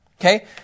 Okay